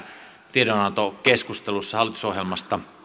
tiedonantokeskustelussa hallitusohjelmasta